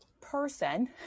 person